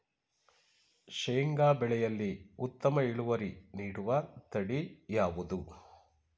ಶೇಂಗಾ ಬೆಳೆಯಲ್ಲಿ ಉತ್ತಮ ಇಳುವರಿ ನೀಡುವ ತಳಿ ಯಾವುದು?